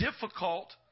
difficult